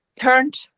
turned